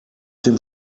dem